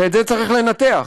ואת זה צריך לנתח,